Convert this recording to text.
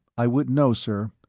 i wouldn't know, sir.